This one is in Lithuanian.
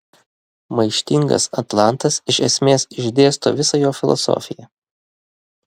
maištingas atlantas iš esmės išdėsto visą jo filosofiją